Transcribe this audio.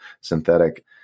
synthetic